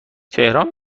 تهران